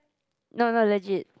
no no legit